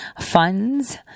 funds